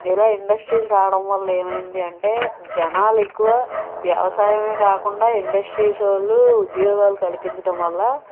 ఇలా ఇండస్ట్రీస్ రావడం వల్ల ఏమి అయింది అంటే జనాలు ఎక్కువ వ్యవసాయమే కాకుండా ఇండస్ట్రీస్ వాళ్ళు ఉద్యోగాలు కల్పించడం వల్ల